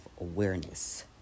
awareness